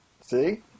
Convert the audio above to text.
See